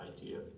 idea